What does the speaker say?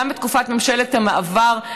גם בתקופת ממשלת המעבר,